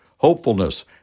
hopefulness